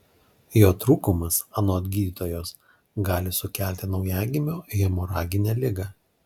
jo trūkumas anot gydytojos gali sukelti naujagimio hemoraginę ligą